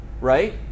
right